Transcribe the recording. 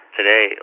Today